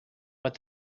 but